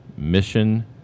Mission